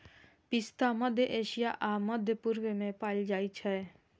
पिस्ता मध्य एशिया आ मध्य पूर्व मे पाएल जाइ छै